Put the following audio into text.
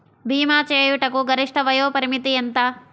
భీమా చేయుటకు గరిష్ట వయోపరిమితి ఎంత?